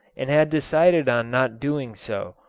and had decided on not doing so,